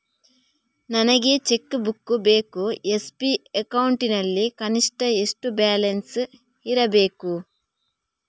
ನನಗೆ cheque book ಬೇಕು SB account ನಲ್ಲಿ ಕನಿಷ್ಠ ಎಷ್ಟು ಬ್ಯಾಲೆನ್ಸ್ ಇರಬೇಕು?